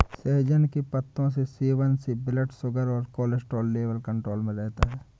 सहजन के पत्तों के सेवन से ब्लड शुगर और कोलेस्ट्रॉल लेवल कंट्रोल में रहता है